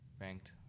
ranked